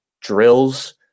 drills –